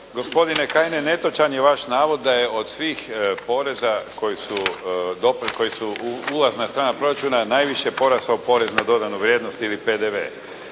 Gospodine Kajine, netočan je vaš navod da je od svih poreza koje su ulazna strana proračuna najviše porastao porez na dodanu vrijednost ili PDV.